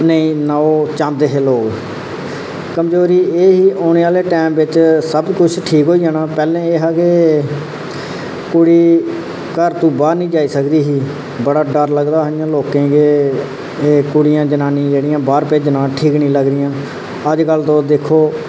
नेईं इन्ना चाहंदे हे लोक कमजोरी एह् ही कि औने आह्ले टाईम बिच सब कुछ ठीक होई जाना पैह्लें एह् हा की कुड़ी घर तू बाहर निं जाई सकदी ही बड़ा घर लगदा हा इं'या लोकें गी के एह् कुड़ियां जनानियां बाहर भेजना एह् ठीक निं लगदियां हैन अज्जकल तुस दिक्खो